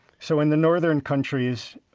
so, in the northern countries,